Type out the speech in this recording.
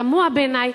תמוה בעיני,